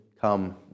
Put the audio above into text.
come